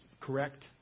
correct